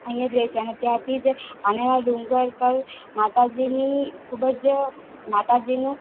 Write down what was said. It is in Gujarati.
અહીંયા જ રે છે અને ત્યારથી જ પાનેરા ડુંગર પર માતાજીની ખુબજ માતાજીનું